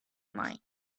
mind